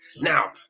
Now